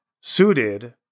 suited